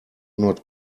not